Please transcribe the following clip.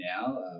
now